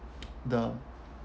the